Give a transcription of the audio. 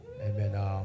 Amen